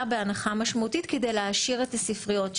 בהנחה משמעותית כדי להעיר את הספריות שלהם.